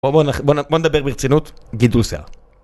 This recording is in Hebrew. בואו נדבר ברצינות, גידול שיער.